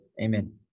Amen